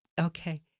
Okay